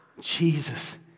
Jesus